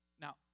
Now